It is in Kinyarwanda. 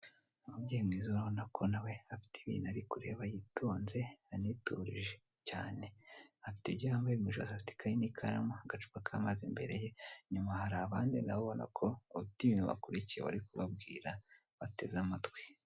Ababyemeza babona ko nawe afite ibintu ari kureba yitonze aniturije cyane afite ibyo yambaye m'ijosi, afite ikayi n'ikaramu, agacupa kamazi imbere ye inyuma hari abandi nabona ubona ko bafite ibintu bakurikiye bari kubabwira bateze amatwi.